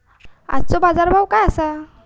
आजचो बाजार भाव काय आसा?